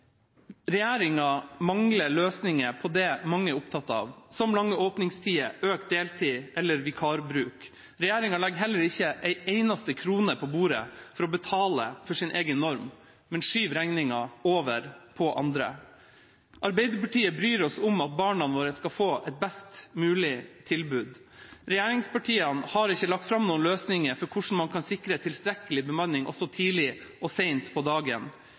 Regjeringa mangler løsninger på det mange er opptatt av, som lange åpningstider, økt deltid eller vikarbruk. Regjeringa legger heller ikke en eneste krone på bordet for å betale for sin egen norm, men skyver regningen over på andre. Arbeiderpartiet bryr seg om at barna våre skal få et best mulig tilbud. Regjeringspartiene har ikke lagt fram noen løsninger for hvordan man kan sikre tilstrekkelig bemanning også tidlig og seint på dagen.